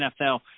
NFL